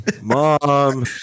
Mom